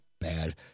bad